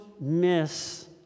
miss